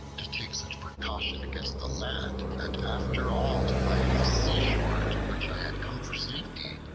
to take such precaution against the land, and after all to find this seashore, to which i had come for safety,